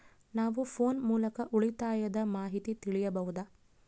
ನಾವು ಫೋನ್ ಮೂಲಕ ಉಳಿತಾಯದ ಮಾಹಿತಿ ತಿಳಿಯಬಹುದಾ?